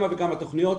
יש לי כמה וכמה תכניות,